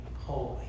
holy